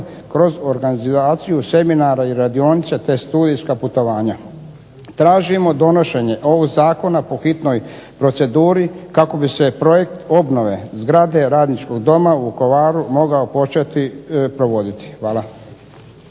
kroz organizaciju seminara i radionica te studijska putovanja. Tražimo donošenje ovog zakona po hitnoj proceduri, kako bi se projekt obnove zgrade radničkog doma u Vukovaru mogao početi provoditi. Hvala.